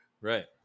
right